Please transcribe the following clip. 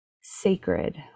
Sacred